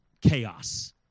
chaos